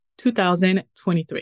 2023